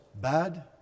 bad